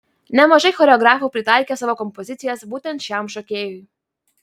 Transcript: nemažai choreografų pritaikė savo kompozicijas būtent šiam šokėjui